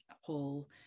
whole